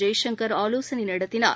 ஜெய்சங்கர் ஆலோசனைநடத்தினார்